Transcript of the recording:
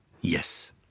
Yes